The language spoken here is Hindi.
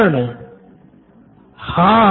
Nitin Kurian COO Knoin electronics हाँ